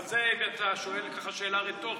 אבל זה כי אתה שואל שאלה רטורית.